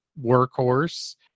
workhorse